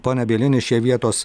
pone bielini šie vietos